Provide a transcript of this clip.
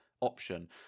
option